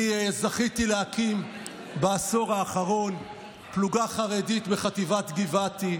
אני זכיתי להקים בעשור האחרון פלוגה חרדית בחטיבת גבעתי.